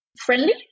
friendly